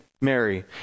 Mary